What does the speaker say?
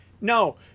No